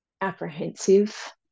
apprehensive